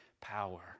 power